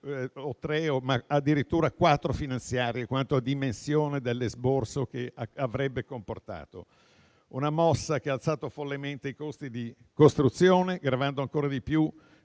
o tre, ma addirittura quattro manovre finanziarie, quanto a dimensione dell'esborso che avrebbe comportato. È una mossa che ha alzato follemente i costi di costruzione, gravando ancor più